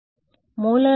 విద్యార్థి మూలలో